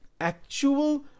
actual